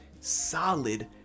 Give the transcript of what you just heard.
solid